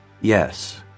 Yes